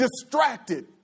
distracted